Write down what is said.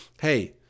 hey